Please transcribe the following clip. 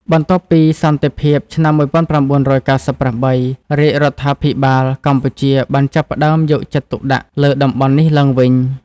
បន្ទាប់ពីសន្តិភាពឆ្នាំ ១៩៩៨ រាជរដ្ឋាភិបាលកម្ពុជាបានចាប់ផ្តើមយកចិត្តទុកដាក់លើតំបន់នេះឡើងវិញ។